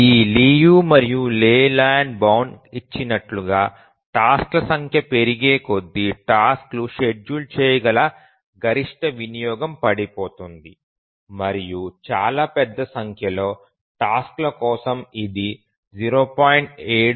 ఈ లియు మరియు Layland bound ఇచ్చినట్లుగా టాస్క్ ల సంఖ్య పెరిగే కొద్దీ టాస్క్ లు షెడ్యూల్ చేయగల గరిష్ట వినియోగం పడిపోతుంది మరియు చాలా పెద్ద సంఖ్యలో టాస్క్ ల కోసం ఇది 0